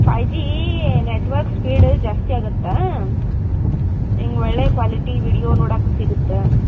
five G network speed ಜಾಸ್ತಿ ಆಗತ್ತೆ ನಿಂಗೆ ಒಳ್ಳೆಯ ಕ್ವಾಲಿಟಿ ವಿಡ್ಯೋ ನೋಡಕ್ಕೆ ಸಿಗತ್ತೆ